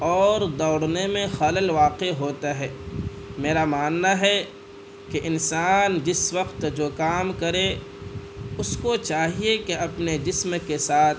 اور دوڑنے میں خلل واقع ہوتا ہے میرا ماننا ہے کہ انسان جس وقت جو کام کرے اس کو چاہیے کہ اپنے جسم کے ساتھ